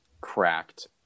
cracked